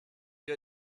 you